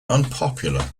unpopular